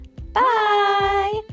Bye